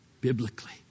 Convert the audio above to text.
biblically